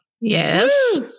Yes